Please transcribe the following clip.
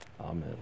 Amen